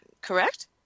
correct